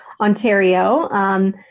Ontario